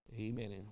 Amen